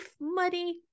money